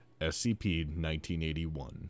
SCP-1981